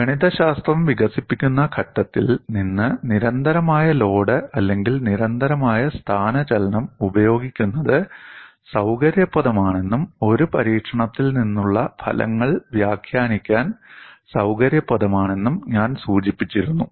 ഗണിതശാസ്ത്രം വികസിപ്പിക്കുന്ന ഘട്ടത്തിൽ നിന്ന് നിരന്തരമായ ലോഡ് അല്ലെങ്കിൽ നിരന്തരമായ സ്ഥാനചലനം ഉപയോഗിക്കുന്നത് സൌകര്യപ്രദമാണെന്നും ഒരു പരീക്ഷണത്തിൽ നിന്നുള്ള ഫലങ്ങൾ വ്യാഖ്യാനിക്കാൻ സൌകര്യപ്രദമാണെന്നും ഞാൻ സൂചിപ്പിച്ചിരുന്നു